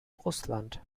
russland